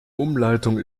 umleitung